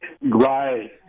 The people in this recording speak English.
Right